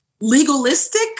legalistic